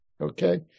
Okay